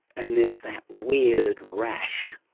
and there's that weird rash.